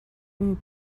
and